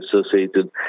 associated